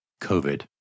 COVID